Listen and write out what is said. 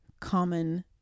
common